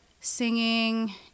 singing